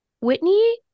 Whitney